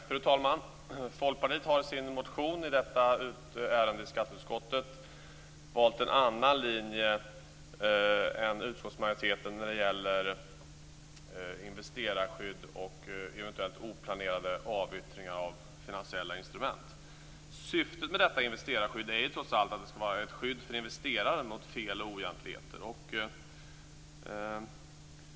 Fru talman! Folkpartiet har i sin motion i detta ärende i skatteutskottet valt en annan linje än utskottsmajoriteten när det gäller investerarskydd och eventuellt oplanerade avyttringar av finansiella instrument. Syftet med detta investerarskydd är trots allt att det skall vara ett skydd för investeraren mot fel och oegentligheter.